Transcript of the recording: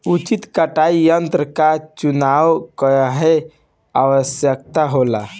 उचित कटाई यंत्र क चुनाव काहें आवश्यक होला?